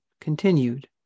continued